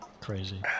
Crazy